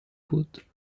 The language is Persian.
بود